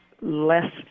less